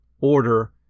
order